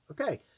Okay